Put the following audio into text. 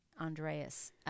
Andreas